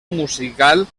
musical